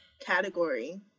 category